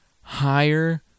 higher